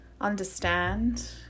understand